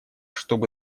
чтобы